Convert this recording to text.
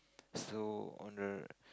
so on the